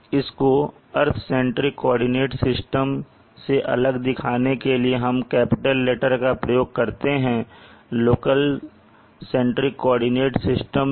इसको earth centric coordinate system से अलग दिखाने के लिए हम कैपिटल लेटर का प्रयोग करते हैं लोकल सेंट्रिक कोऑर्डिनेट सिस्टम में